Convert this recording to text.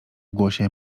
głosie